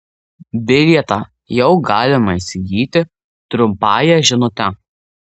bilietą jau galima įsigyti trumpąja žinute